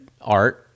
art